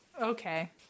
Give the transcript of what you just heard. Okay